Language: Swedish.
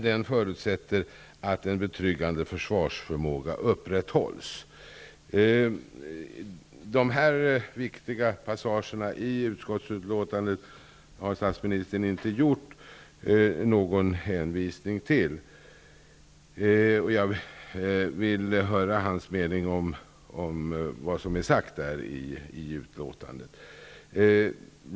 Den förutsätter att en betryggande försvarsförmåga upprätthålls.'' Statsministern har inte gjort någon hänvisning till dessa viktiga passager i utskottsutlåtandet. Jag vill gärna höra hans mening om vad som är sagt i detta utlåtande.